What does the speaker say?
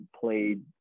played